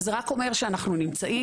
אז זה רק אומר שאנחנו נמצאים,